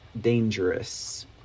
dangerous